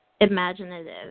Imaginative